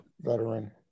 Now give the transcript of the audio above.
veteran